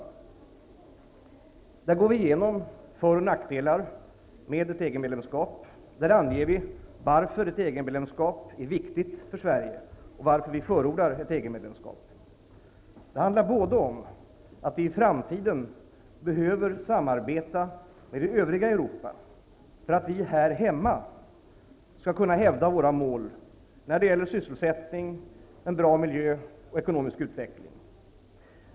Vi går igenom för och nackdelar med ett EG medlemskap, vi anger varför ett EG-medlemskap är viktigt för Sverige och varför vi förordar ett EG Det handlar om att vi i framtiden behöver samarbeta med det övriga Europa för att vi här hemma skall kunna hävda våra mål när det gäller sysselsättning, en bra miljö och ekonomisk utveckling.